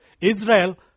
Israel